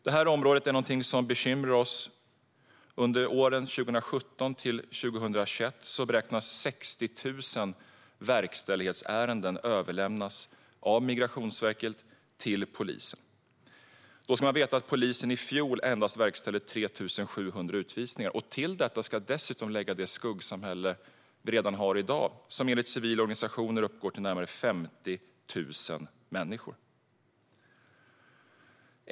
Detta område bekymrar oss. Under åren 2017-2021 beräknas 60 000 verkställighetsärenden överlämnas av Migrationsverket till polisen, och då ska man veta att polisen i fjol verkställde endast 3 700 utvisningar. Till detta ska läggas det skuggsamhälle som vi har redan i dag och som enligt civila organisationer uppgår till närmare 50 000 människor.